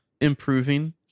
Improving